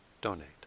donate